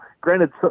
granted